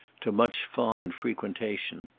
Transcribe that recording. to much fond frequentation.